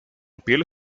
piel